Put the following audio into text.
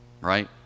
right